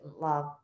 love